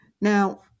Now